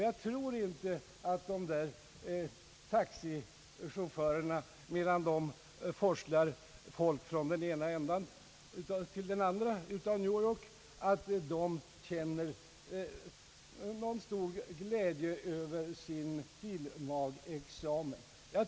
Jag tror inte att dessa taxichaufförer som forslar folk från den ena änden av New York till den andra känner någon stor glädje över sin fil.mag.-examen.